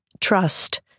trust